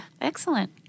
Excellent